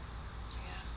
ya